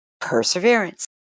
perseverance